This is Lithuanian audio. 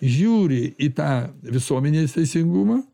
žiūri į tą visuomenės teisingumą